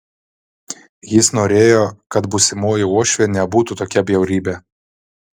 jis norėjo kad būsimoji uošvė nebūtų tokia bjaurybė